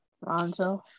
Lonzo